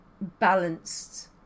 balanced